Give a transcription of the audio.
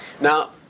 now